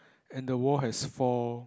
and the wall has four